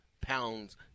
pounds